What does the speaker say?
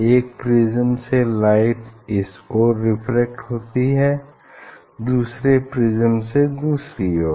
एक प्रिज्म से लाइट इस ओर रेफ्रेक्ट होती हैं दूसरे प्रिज्म से दूसरी ओर